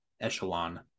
echelon